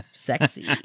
sexy